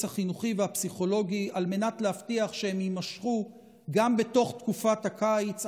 החינוכי והפסיכולוגי כדי להבטיח שהם יימשכו גם בתוך תקופת הקיץ,